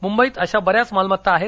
मुंबईत अशा बऱ्याच मालमत्ता आहेत